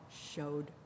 showed